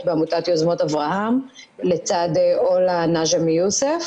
בעמותת יוזמות אברהם לצד עולא נג'מי יוסף.